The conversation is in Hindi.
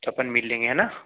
तो अपन मिल लेंगे हैं ना